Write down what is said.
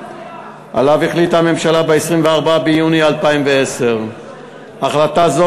שעליו החליטה הממשלה ב-24 ביוני 2010. החלטה זו